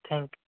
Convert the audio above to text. thank you